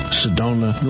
sedona